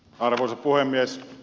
arvoisa puhemies